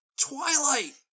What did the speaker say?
twilight